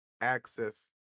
access